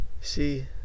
see